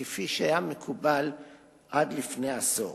כפי שהיה מקובל עד לפני עשור.